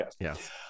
Yes